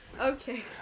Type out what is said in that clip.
Okay